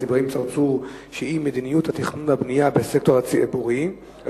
אברהים צרצור על מדיניות התכנון והבנייה בסקטור הערבי.